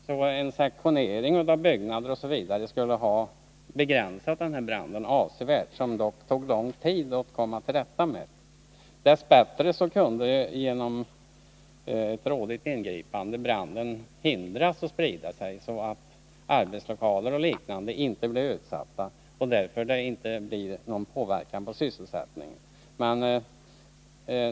T. ex. en sektionering av byggnaderna skulle avsevärt ha begränsat branden, som det ändå tog lång tid att komma till rätta med. Dess bättre kunde man genom ett rådigt ingripande hindra branden att sprida sig så att arbetslokaler och liknande inte blev utsatta. Därför fick den inte några följder för sysselsättningen.